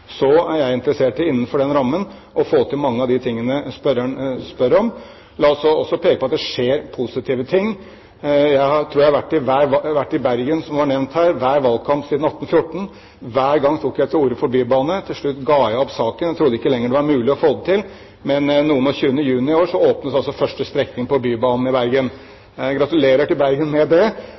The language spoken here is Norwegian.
Så er jeg interessert i, innenfor den rammen, å få til mange av de tingene spørreren etterspør. La meg også peke på at det skjer positive ting. Jeg tror jeg har vært i Bergen – som ble nevnt her – hver valgkamp siden 1814. Hver gang tok jeg til orde for bybane. Til slutt ga jeg opp saken, jeg trodde ikke lenger det var mulig å få det til. Men 22. juni i år åpnes altså første strekning av bybanen i Bergen. Gratulerer til Bergen med det!